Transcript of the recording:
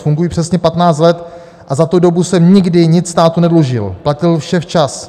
Funguji přesně 15 let a za tu dobu jsem nikdy nic státu nedlužil, platil vše včas.